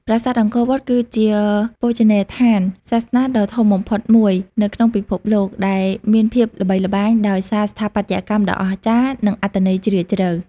ប្រាសាទអង្គរវត្ត គឺជាបូជនីយដ្ឋានសាសនាដ៏ធំបំផុតមួយនៅក្នុងពិភពលោក ដែលមានភាពល្បីល្បាញដោយសារស្ថាបត្យកម្មដ៏អស្ចារ្យ និងអត្ថន័យជ្រាលជ្រៅ។